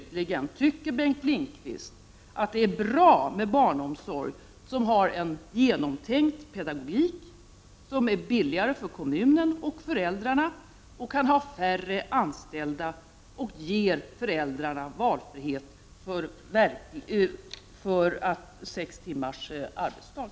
Tycker Bengt Lindqvist slutligen att det är bra med barnomsorg som har en genomtänkt pedagogik, som är billigare för kommunen och föräldrarna, som kan ha färre anställda och som ger föräldrarna verklig valfrihet till sex timmars arbetsdag?